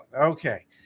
Okay